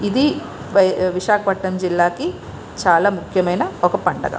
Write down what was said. ఇది విశాఖపట్నం జిల్లాకి చాలా ముఖ్యమైన ఒక పండగ